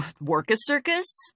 Work-a-Circus